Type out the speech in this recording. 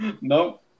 Nope